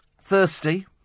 Thirsty